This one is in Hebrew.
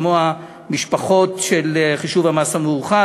כמו המשפחות של חישוב המס המאוחד,